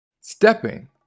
Stepping